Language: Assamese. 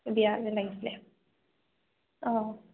বিয়াৰ কাৰণে লাগিছিলে অঁ